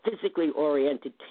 physically-oriented